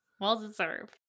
Well-deserved